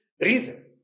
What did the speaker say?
Reason